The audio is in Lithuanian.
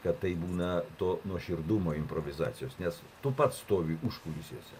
kad tai būna to nuoširdumo improvizacijos nes tu pats stovi užkulisiuose